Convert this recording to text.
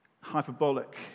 hyperbolic